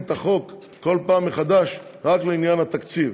את החוק כל פעם מחדש רק לעניין התקציב.